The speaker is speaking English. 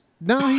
No